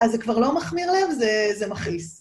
אז זה כבר לא מחמיר לב, זה מכעיס.